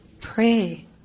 pray